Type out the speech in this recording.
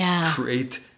create